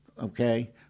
okay